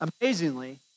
amazingly